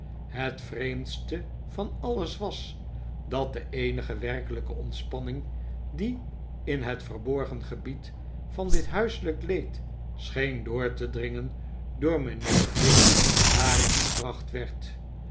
het vreemdste van alles was dat de eenige werkelijke ontspanning die in het verborgen gebied van dit huiselijk leed scheen door te dringen door mijnheer dick daarin gebracht werd